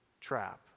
trap